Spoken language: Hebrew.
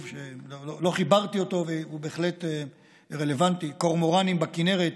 נושא חשוב שלא חיברתי אותו והוא בהחלט רלוונטי: קורמורנים בכינרת,